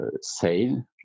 sale